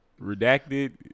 Redacted